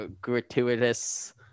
gratuitous